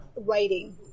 writing